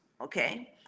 okay